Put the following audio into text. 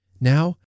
Now